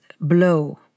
blow